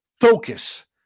Focus